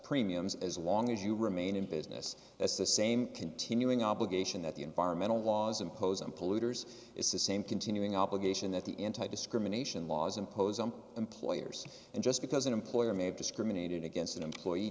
premiums as long as you remain in business that's the same continuing obligation that the environmental laws impose on polluters it's the same continuing obligation that the entire discrimination laws impose on employers and just because an employer may have discriminated against an employee